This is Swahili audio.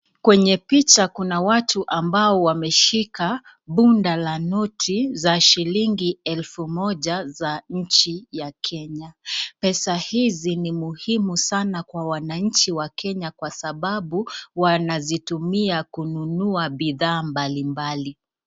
Kwenye picha kuna watu ambao wameshika bunda la noti za shilingi elfu moja za nchi ya Kenya. Pesa hizi ni muhimu sana kwa wananchi wa Kenya kwa sababu wanazitumia kununuwa bidhaa mbalimbali.